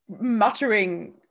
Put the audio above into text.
muttering